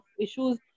issues